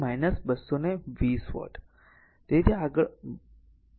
તેથી 220 છે